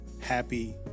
happy